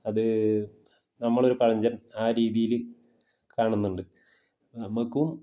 അത് നമ്മളൊരു പഴഞ്ചൻ ആ രീതിയില് കാണുന്നുണ്ട് നമുക്കും